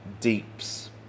deeps